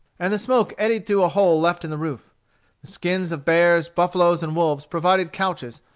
and the smoke eddied through a hole left in the roof. the skins of bears, buffaloes, and wolves provided couches,